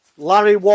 Larry